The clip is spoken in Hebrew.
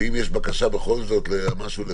ואם יש בכל זאת בקשה לסדר